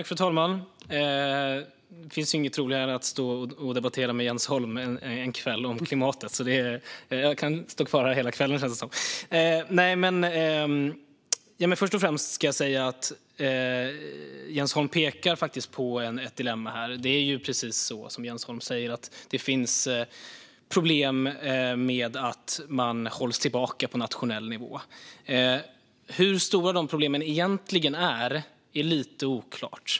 Fru talman! Det finns inget roligare än att debattera klimatet med Jens Holm. Jag kan stå kvar här hela kvällen, känns det som. Först och främst ska jag säga att Jens Holm faktiskt pekar på ett dilemma. Det är ju precis så som Jens Holm säger att det finns problem med att man hålls tillbaka på nationell nivå. Hur stora de problemen egentligen är, det är lite oklart.